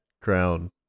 Crown